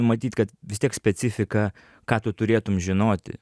matyt kad vis tiek specifika ką tu turėtum žinoti